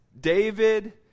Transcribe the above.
David